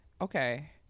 Okay